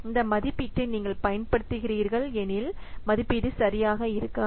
இந்த மதிப்பீட்டை நீங்கள் பயன்படுத்துகிறீர்கள் எனில் மதிப்பீடு சரியாக இருக்காது